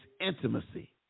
intimacy